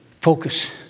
focus